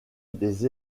des